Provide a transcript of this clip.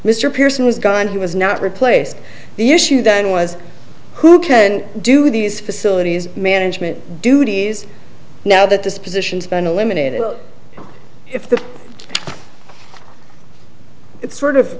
mr pearson was gone he was not replace the issue then was who can do these facilities management duties now that this positions been eliminated if the it's sort of